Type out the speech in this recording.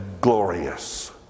glorious